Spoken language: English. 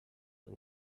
and